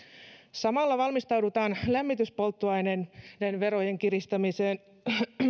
samalla valmistaudutaan lämmityspolttoaineiden verojen kiristämiseen